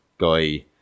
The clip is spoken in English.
guy